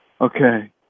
Okay